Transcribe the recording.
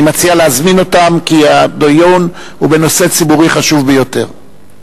אני מציע להזמין אותם כי הדיון הוא בנושא ציבורי חשוב ביותר.